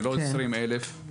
זה לא 20,000 כפי שאמרו פה.